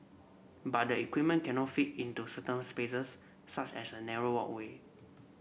but the equipment cannot fit into certain spaces such as a narrow walkway